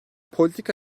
politika